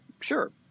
sure